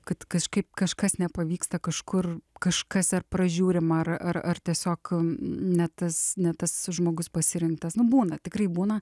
kad kažkaip kažkas nepavyksta kažkur kažkas ar pražiūrima ar ar ar tiesiog ne tas ne tas žmogus pasirinktas nu būna tikrai būna